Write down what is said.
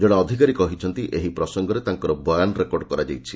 ଜଣେ ଅଧିକାରୀ କହିଛନ୍ତି ଏହି ପ୍ରସଙ୍ଗରେ ତାଙ୍କର ବୟାନ୍ ରେକର୍ଡ଼ କରାଯାଇଛି